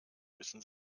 wissen